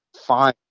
Fine